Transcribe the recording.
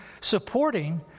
supporting